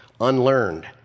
unlearned